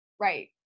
Right